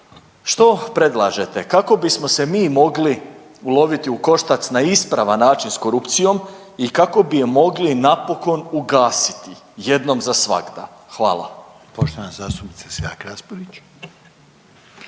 što predlažete kako bismo se mi mogli uloviti u koštac na ispravan način s korupcijom i kako bi je mogli napokon ugasiti jednom za svagda? Hvala.